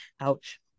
Ouch